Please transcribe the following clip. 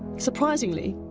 surprisingly,